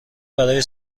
برای